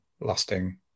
lasting